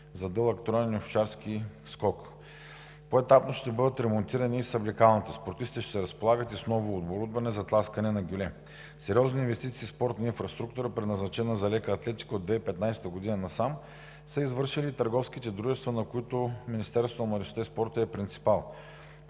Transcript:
за дълъг, троен и овчарски скок. Поетапно ще бъде ремонтирана и съблекалнята за спортисти, ще разполагат и с ново оборудване за тласкане на гюле. Сериозни инвестиции в спортната инфраструктура, предназначена за леката атлетика, от 2015 г. насам са извършили търговските дружества, на които Министерството